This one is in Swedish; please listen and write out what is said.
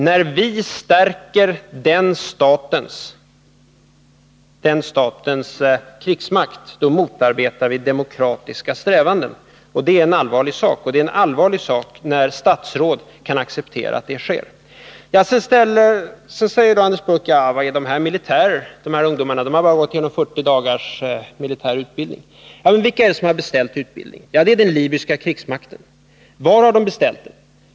När vi stärker den statens krigsmakt motarbetar vi demokratiska strävanden — och det är en allvarlig sak. Det är allvarligt när statsråd kan acceptera att det sker. Sedan ifrågasätter Anders Björck om dessa ungdomar är militärer. De har bara gått igenom 40 dagars militärutbildning, säger han. Men vilka är det som beställt utbildningen? Det är den libyska krigsmakten. Var har man beställt den?